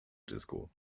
disco